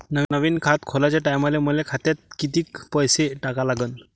नवीन खात खोलाच्या टायमाले मले खात्यात कितीक पैसे टाका लागन?